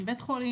עם בית חולים,